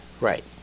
Right